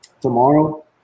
tomorrow